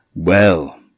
Well